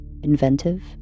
Inventive